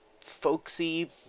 folksy